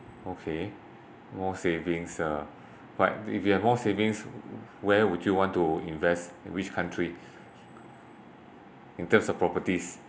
okay more savings err but if you have more savings where would you want to invest in which country in terms of properties